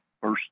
first